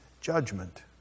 judgment